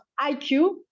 IQ